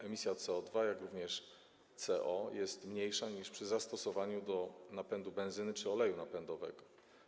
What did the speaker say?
Emisja CO2, jak również CO jest mniejsza niż przy zastosowaniu do napędu benzyny czy oleju napędowego.